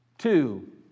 Two